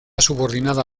subordinada